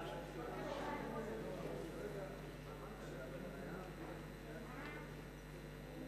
חוק שוויון ההזדמנויות בעבודה (תיקון מס' 15),